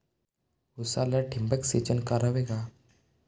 उसाला ठिबक सिंचन करावे का?